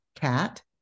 cat